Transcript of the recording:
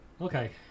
Okay